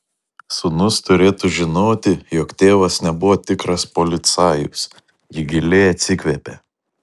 sūnus turėtų žinoti jog tėvas nebuvo tikras policajus ji giliai atsikvėpė